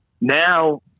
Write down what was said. Now